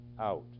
out